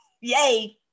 Yay